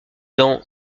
dans